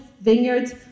vineyards